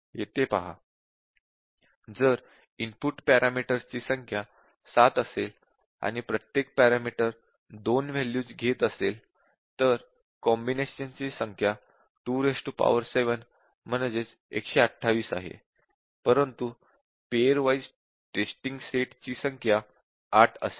येथे पहा जर इनपुट पॅरामीटर्स ची संख्या 7 असेल आणि प्रत्येक पॅरामीटर 2 वॅल्यूज घेत असेल तर कॉम्बिनेशन्स ची संख्या 27 128 आहे परंतु पेअर वाइज़ टेस्टिंग सेटची संख्या ८ असेल